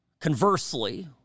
Conversely